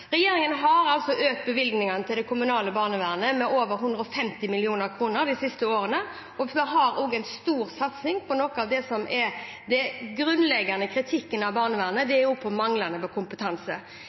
Regjeringen har økt bevilgningene til det kommunale barnevernet med over 150 mill. kr de siste årene, og det har også vært en stor satsing på noe av det som er den grunnleggende kritikken av barnevernet, nemlig på manglende kompetanse. Vi ser at det